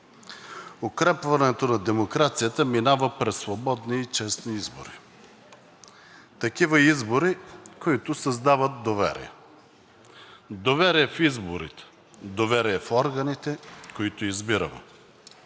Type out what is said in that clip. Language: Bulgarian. Укрепването на демокрацията минава през свободни и честни избори. Такива избори, които създават доверие – доверие в изборите, доверие в органите, които избираме.